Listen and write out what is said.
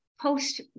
post